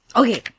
okay